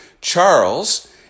Charles